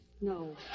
No